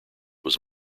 was